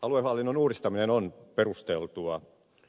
aluehallinnon uudistaminen on perusteltua